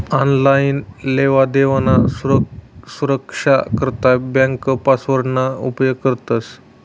online लेवादेवाना सुरक्सा करता ब्यांक पासवर्डना उपेग करतंस